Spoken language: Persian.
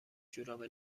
جوراب